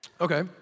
okay